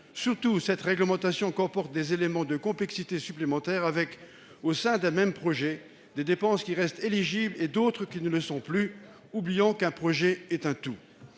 Surtout, cette réglementation comporte des éléments de complexité supplémentaires, avec, au sein d'un même projet, des dépenses qui restent éligibles et d'autres qui ne le sont plus, alors qu'un projet est un tout.